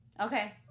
Okay